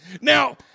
Now